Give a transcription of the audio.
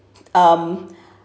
um